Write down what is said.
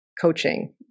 coaching